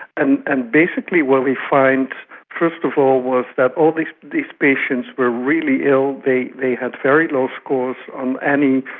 and and basically what we find first of all was that all these patients were really ill, they they had very low scores on any